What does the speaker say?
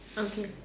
okay